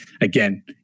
again